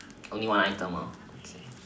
only one item ah okay